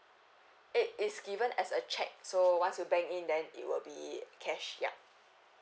it is given as a cheque so once you bank in then it will be cash ya